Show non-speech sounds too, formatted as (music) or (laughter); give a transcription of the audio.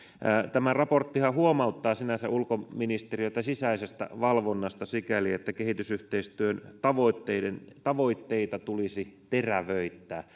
tämä raporttihan huomauttaa sinänsä ulkoministeriötä sisäisestä valvonnasta sikäli että kehitysyhteistyön tavoitteita tulisi terävöittää (unintelligible)